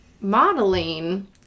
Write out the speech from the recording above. modeling